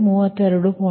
8